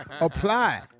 Apply